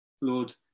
Lord